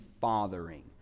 fathering